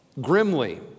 grimly